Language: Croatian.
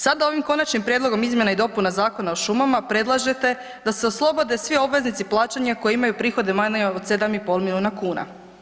Sada ovim konačnim prijedlogom izmjena i dopuna Zakona o šumama predlažete da se oslobode svi obveznici plaćanja koji imaju prihode manje od 7 i pol milijuna kuna.